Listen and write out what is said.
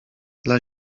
dla